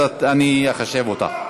אז אני אחשב אותך.